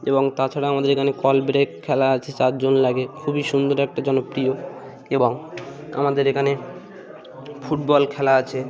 এবং তাছাড়া আমাদের এখানে কল ব্রেক খেলা আছে চারজন লাগে খুবই সুন্দর একটা জনপ্রিয় এবং আমাদের এখানে ফুটবল খেলা আছে